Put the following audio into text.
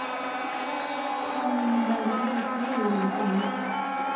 हम रंगोली इसलिए मनाते हैं